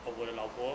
of 我的老婆